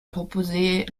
proposer